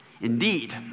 Indeed